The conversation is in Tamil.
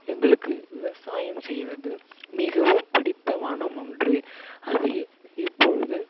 எங்களுக்கு விவசாயம் செய்வது மிகவும் பிடித்தமான ஒன்று அதில் இப்பொழுது